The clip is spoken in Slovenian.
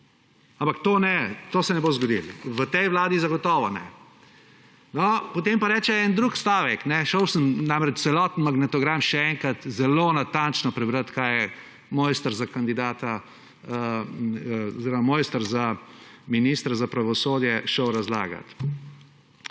Ampak to ne, to se ne bo zgodilo, v tej Vladi zagotovo ne. No, potem pa reče en drug stavek, šel sem namreč celoten magnetogram še enkrat zelo natančno prebrat, kaj je mojster za kandidata oziroma mojster za ministra za pravosodje šel razlagat.